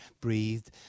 breathed